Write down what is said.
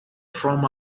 from